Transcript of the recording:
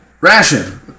ration